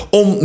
om